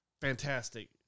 Fantastic